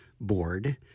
board